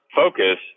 focus